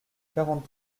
quarante